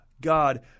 God